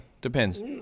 depends